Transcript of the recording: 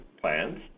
plans